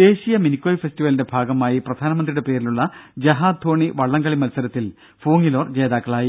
ദേശീയ മിനിക്കോയി ഫെസ്റ്റിവലിന്റ ഭാഗമായി പ്രധാനമന്ത്രിയുടെ പേരിലുള്ള ജഹാധോണി വള്ളംകളി മത്സരത്തിൽ ഫുങ്ങിലോർ ജേതാക്കളായി